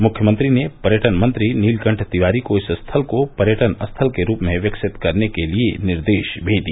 मुख्यमंत्री ने पर्यटन मंत्री नीलकण्ठ तिवारी को इस स्थल को पर्यटन स्थल के रूप में विकसित करने के लिए निर्देश भी दिया